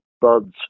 buds